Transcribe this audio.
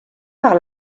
par